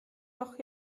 doch